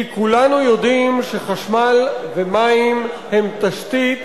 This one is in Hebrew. כי כולנו יודעים שחשמל ומים הם תשתית